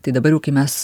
tai dabar jau kai mes